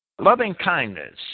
Loving-kindness